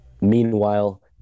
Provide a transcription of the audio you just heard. meanwhile